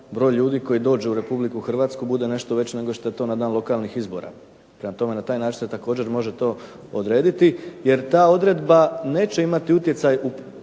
broj ljudi koji dođe u RH bude nešto veći nego što je to na dan lokalnih izbora. Prema tome na taj način se također može to odrediti jer ta odredba neće imati utjecaj u